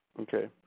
okay